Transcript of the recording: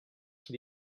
qui